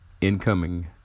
incoming